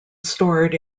stored